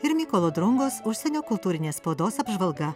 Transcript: ir mykolo drungos užsienio kultūrinės spaudos apžvalga